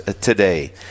today